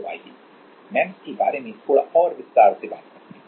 तो आइए एमईएमएस के बारे में थोड़ा और विस्तार से बात करते हैं